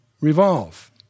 revolve